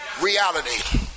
reality